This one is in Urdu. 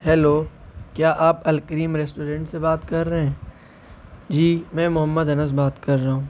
ہیلو کیا آپ الکریم ریسٹورینٹ سے بات کر رہے ہیں جی میں محمد انس بات کر رہا ہوں